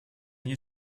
you